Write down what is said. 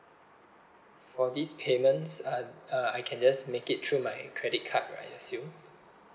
for these payments uh uh I can just make it through my credit card right I assume